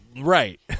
Right